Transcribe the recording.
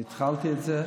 אני התחלתי את זה,